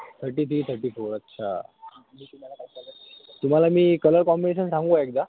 thirty three thirty four अच्छा तुम्हाला मी कलर कॉम्बिनेशन सांगू का एकदा